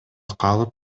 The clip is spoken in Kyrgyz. калып